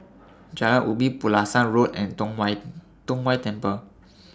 Jalan Ubi Pulasan Road and Tong Whye Tong Whye Temple